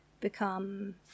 become